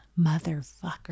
motherfucker